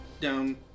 down